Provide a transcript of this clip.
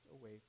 away